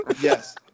Yes